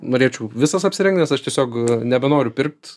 norėčiau visas apsirengt nes aš tiesiog nebenoriu pirkt